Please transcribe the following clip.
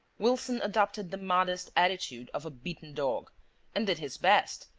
wilson adopted the modest attitude of a beaten dog and did his best,